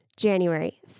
January